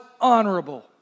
honorable